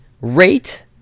rate